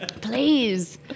please